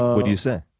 what do you say?